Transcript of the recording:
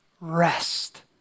rest